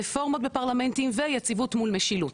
רפורמות בפרלמנטים ויציבות מול משילות,